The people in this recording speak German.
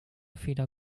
feder